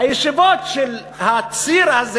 הישיבות של הציר הזה,